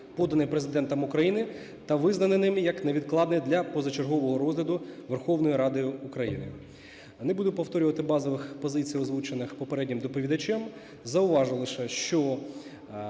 Поданий Президентом України та визнаний ним, як невідкладний для позачергового розгляду Верховною Радою України. Не буду повторювати базових позицій озвучених попереднім доповідачем зауважу лише, що